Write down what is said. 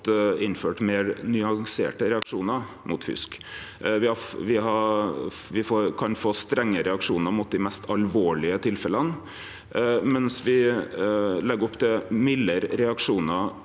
innført meir nyanserte reaksjonar mot fusk. Me kan få strenge reaksjonar mot dei mest alvorlege tilfella, mens me legg opp til mildare reaksjonar